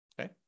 Okay